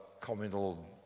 communal